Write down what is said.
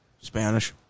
Spanish